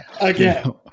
again